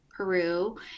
Peru